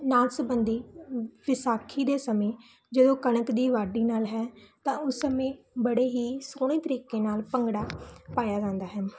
ਨਾਚ ਸੰਬੰਧੀ ਵਿਸਾਖੀ ਦੇ ਸਮੇਂ ਜਦੋਂ ਕਣਕ ਦੀ ਵਾਢੀ ਨਾਲ ਹੈ ਤਾਂ ਉਸ ਸਮੇਂ ਬੜੇ ਹੀ ਸੋਹਣੇ ਤਰੀਕੇ ਨਾਲ ਭੰਗੜਾ ਪਾਇਆ ਜਾਂਦਾ ਹੈ